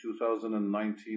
2019